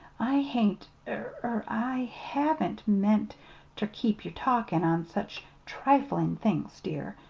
i hain't er i haven't meant ter keep ye talkin' on such triflin' things, dear.